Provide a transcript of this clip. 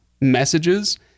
messages